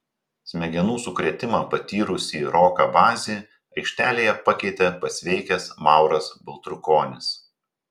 smegenų sukrėtimą patyrusį roką bazį aikštelėje pakeitė pasveikęs mauras baltrukonis